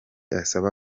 asaba